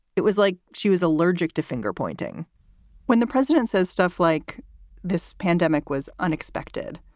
it was like she was allergic to finger pointing when the president says stuff like this pandemic was unexpected.